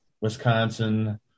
Wisconsin